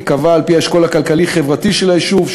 ייקבע על-פי האשכול הכלכלי-חברתי של היישוב,